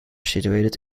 situated